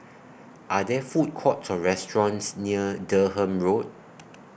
Are There Food Courts Or restaurants near Durham Road